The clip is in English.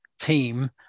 team